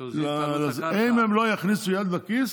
אם הם לא יכניסו יד לכיס,